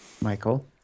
Michael